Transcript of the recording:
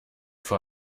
vor